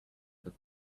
that